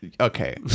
Okay